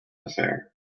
affair